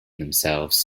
themselves